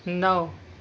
نو